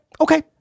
okay